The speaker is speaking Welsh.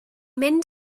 mynd